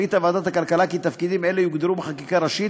החליטה ועדת הכלכלה כי תפקידים אלה יוגדרו בחקיקה ראשית,